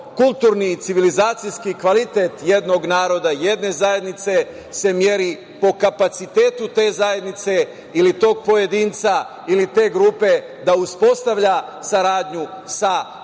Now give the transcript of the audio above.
kulturni i civilizacijski kvalitet jednog naroda, jedne zajednice se meri po kapacitetu te zajednice ili tog pojedinca ili te grupe, da uspostavlja saradnju sa drugima.